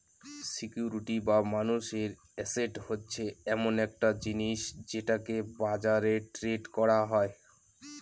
security বা মানুষের asset হচ্ছে এমন একটা জিনিস যেটাকে বাজারে ট্রেড করা যায়